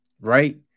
right